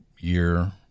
year